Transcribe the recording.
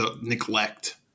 neglect